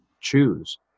choose